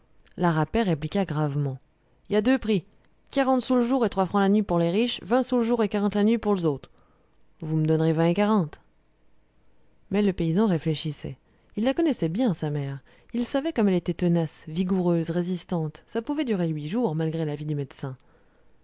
la rapet répliqua gravement y a deux prix quarante sous l'jour et trois francs la nuit pour les riches vingt sous l'jour et quarante la nuit pour l'zautres vô m'donnerez vingt et quarante mais le paysan réfléchissait il la connaissait bien sa mère il savait comme elle était tenace vigoureuse résistante ça pouvait durer huit jours malgré l'avis du médecin